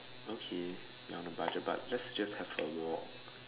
okay I am on a budget but lets just have a walk